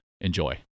Enjoy